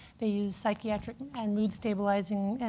these psychiatric and mood-stabilizing and